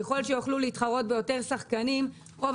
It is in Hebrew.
ככל שיוכלו להתחרות בו יותר שחקנים רוב